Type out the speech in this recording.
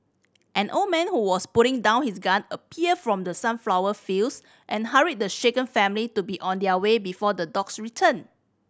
an old man who was putting down his gun appeared from the sunflower fields and hurried the shaken family to be on their way before the dogs return